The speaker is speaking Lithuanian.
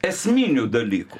esminių dalykų